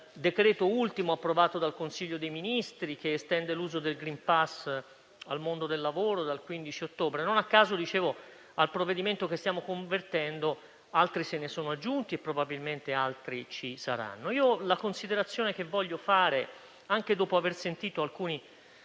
decreto-legge approvato dal Consiglio dei ministri, che estende l'uso del *green pass* al mondo del lavoro dal 15 ottobre. Non a caso - dicevo - al provvedimento che stiamo convertendo se ne sono aggiunti altri e probabilmente se ne aggiungeranno altri ancora. La considerazione che voglio fare, anche dopo aver ascoltato alcuni